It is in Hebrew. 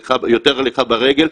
יותר הליכה ברגל,